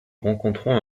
rencontrons